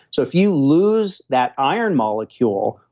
so if you lose that iron molecule,